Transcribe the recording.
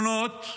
בו את הפתרונות,